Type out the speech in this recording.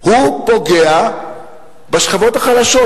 פוגע בשכבות החלשות.